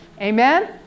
amen